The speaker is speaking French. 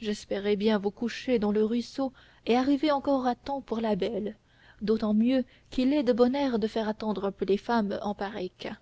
j'espérais bien vous coucher dans le ruisseau et arriver encore à temps pour la belle d'autant mieux qu'il est de bon air de faire attendre un peu les femmes en pareil cas